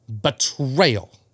Betrayal